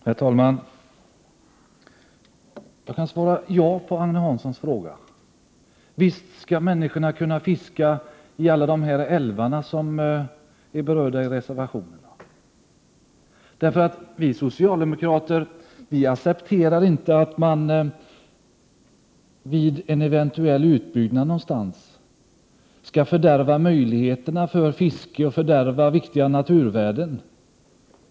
Herr talman! Jag kan svara ja på Agne Hanssons fråga. Visst skall människorna kunna fiska i alla de älvar som är berörda i reservationerna! Vi socialdemokrater accepterar inte att man vid en eventuell utbyggnad fördärvar möjligheterna för fiske och förstör viktiga naturvärden.